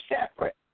separate